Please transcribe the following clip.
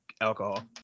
alcohol